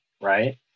right